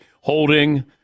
holding